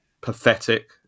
pathetic